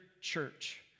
church